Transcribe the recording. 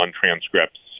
transcripts